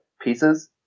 pieces